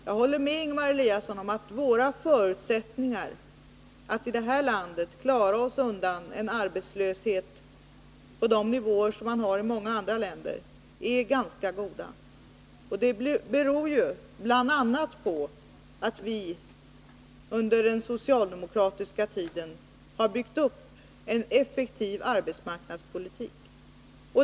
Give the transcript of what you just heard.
Jag håller med Ingemar Eliasson om att våra förutsättningar att i det här landet klara oss undan en arbetslöshet som ligger på sådana nivåer som man har i många andra länder är ganska goda. Det beror bl.a. på att vi under den socialdemokratiska tiden har byggt upp en effektiv arbetsmarknadspolitik.